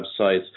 websites